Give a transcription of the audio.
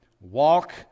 Walk